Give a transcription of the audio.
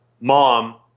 mom